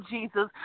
Jesus